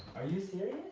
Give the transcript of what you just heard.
are you serious?